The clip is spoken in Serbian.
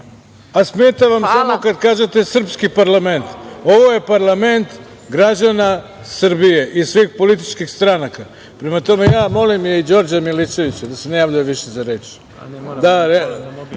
a smeta vam samo kada kažete srpski parlament? Ovo je parlament građana Srbije i svih političkih stranaka. Prema tome, molim i Đorđa Milićevića da se više ne javlja za reč…(Đorđe